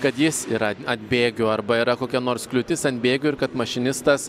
kad jis yra ant bėgių arba yra kokia nors kliūtis ant bėgių ir kad mašinistas